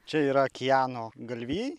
čia yra kiano galvijai